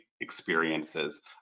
experiences